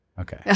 Okay